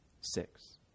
Six